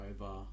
over